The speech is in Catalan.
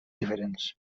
diferents